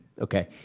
okay